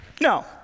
No